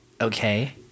Okay